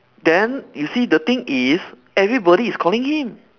then you see the thing is everybody is calling him